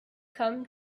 come